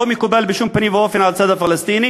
לא מקובל בשום פנים ואופן על הצד הפלסטיני.